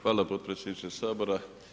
Hvala potpredsjedniče Sabora.